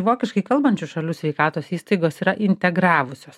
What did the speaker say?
vokiškai kalbančių šalių sveikatos įstaigos yra integravusios